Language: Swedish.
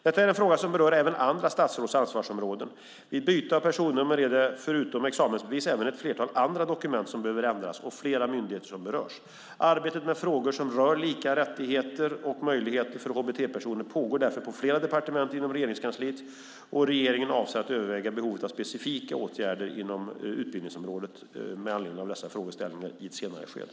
Detta är en fråga som berör även andra statsråds ansvarsområden. Vid byte av personnummer är det förutom examensbevis även ett flertal andra dokument som behöver ändras och flera myndigheter som berörs. Arbete med frågor som rör lika möjligheter och rättigheter för hbt-personer pågår därför på flera departement inom Regeringskansliet, och regeringen avser att överväga behovet av specifika åtgärder inom utbildningsområdet med anledning av dessa frågeställningar i ett senare skede.